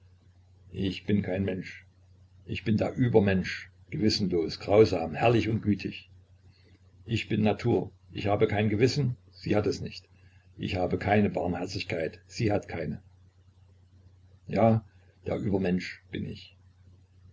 ich bin kein mensch ich bin der übermensch gewissenlos grausam herrlich und gütig ich bin natur ich habe kein gewissen sie hat es nicht ich habe keine barmherzigkeit sie hat keine ja der übermensch bin ich